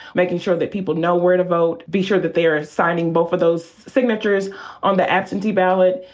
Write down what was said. making sure that people know where to vote, be sure that they are signing both of those signatures on the absentee ballot,